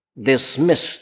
dismissed